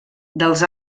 dels